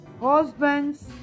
husbands